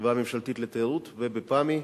חברה ממשלתית לתיירות, ובפמ"י,